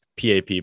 PAP